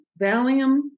Valium